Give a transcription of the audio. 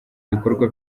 ibikorwa